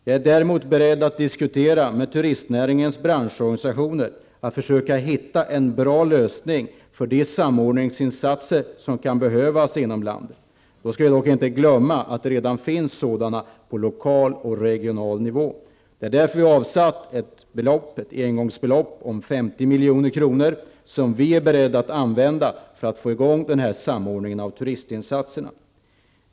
Jag är däremot beredd att diskutera med turistnäringens branschorganisationer för att försöka hitta en bra lösning för de samordningsinsatser som kan behövas inom landet. Då skall vi dock inte glömma att det redan finns sådana på lokal och regional nivå. Det är därför som vi har avsatt ett engångsbelopp på 50 milj.kr. som vi är beredda att använda för att få i gång denna samordning av turistinsatserna.